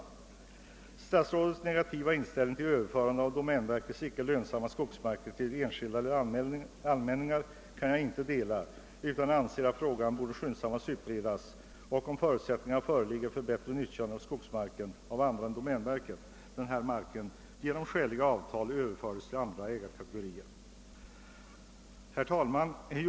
Jag kan ej dela statsrådets negativa inställning till överförande av domänverkets icke lönsamma skogsmarker till enskilda eller allmänningar, utan jag anser att frågan skyndsammast borde utredas och att, om förutsättningar föreligger för bättre utnyttjande av skogsmarken av andra än domänverket, denna mark genom skäliga avtal bör överföras till andra ägarkategorier. Herr talman!